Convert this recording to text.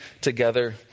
together